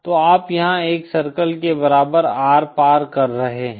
तो आप यहां 1 सर्कल के बराबर R पार कर रहे हैं